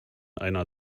einer